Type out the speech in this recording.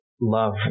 love